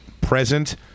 present